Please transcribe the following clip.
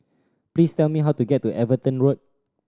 please tell me how to get to Everton Road